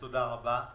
תודה רבה.